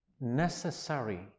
necessary